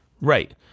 Right